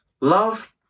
Love